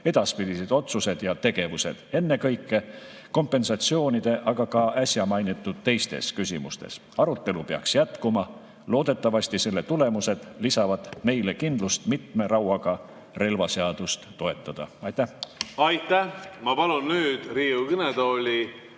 edaspidised otsused ja tegevused, ennekõike kompensatsioonide, aga ka äsja mainitud teistes küsimustes. Arutelu peaks jätkuma. Loodetavasti selle tulemused lisavad meile kindlust mitme rauaga relvaseadust toetada. Aitäh!